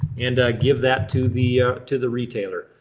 and give that to the to the retailer.